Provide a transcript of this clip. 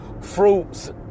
fruits